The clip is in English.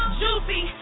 juicy